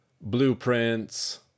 blueprints